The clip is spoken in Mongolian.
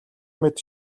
мэт